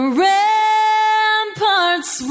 ramparts